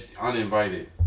uninvited